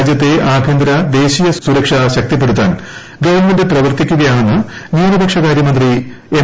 രാജ്യത്തെ ആഭ്യന്തര ദേശീയ സുരക്ഷ ശക്തിപ്പെടുത്താൻ ഗവൺമെന്റ് പ്രവർത്തിക്കുകയാണെന്ന് ന്യൂനപക്ഷകാര്യമന്ത്രി എം